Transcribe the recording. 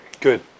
Good